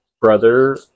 brother